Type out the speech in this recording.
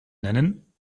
nennen